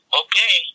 okay